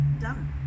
done